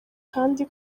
kandi